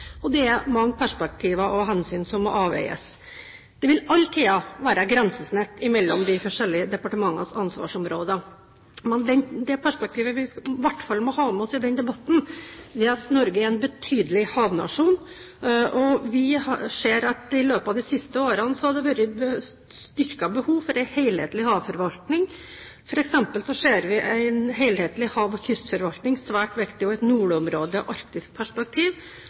mange perspektiver og hensyn som må avveies. Det vil alltid være grensesnitt mellom de forskjellige departementenes ansvarsområder. Det perspektivet vi i hvert fall må ha med oss i den debatten, er at Norge er en betydelig havnasjon, og vi ser at i løpet av de siste årene har det vært et styrket behov for en helhetlig havforvaltning. For eksempel ser vi en helhetlig hav- og kystforvaltning som svært viktig, og et nordområdeperspektiv/arktisk perspektiv.